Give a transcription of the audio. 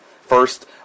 First